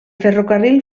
ferrocarril